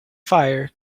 fire